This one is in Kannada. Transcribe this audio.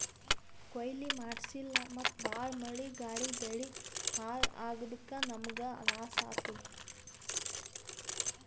ಕೊಯ್ಲಿ ಮಾಡ್ಸಿಲ್ಲ ಮತ್ತ್ ಭಾಳ್ ಮಳಿ ಗಾಳಿಗ್ ಬೆಳಿ ಹಾಳ್ ಆಗಾದಕ್ಕ್ ನಮ್ಮ್ಗ್ ಲಾಸ್ ಆತದ್